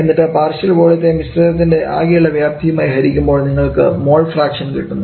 എന്നിട്ട് പാർഷ്യൽ വോളിയത്തെ മിശ്രിതത്തിൻറെ ആകെയുള്ള വ്യാപ്തിയുമായി ഹരിക്കുമ്പോൾ നിങ്ങൾക്ക് മോൾ ഫ്രാക്ഷൻ കിട്ടുന്നു